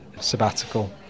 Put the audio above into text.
sabbatical